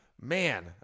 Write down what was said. man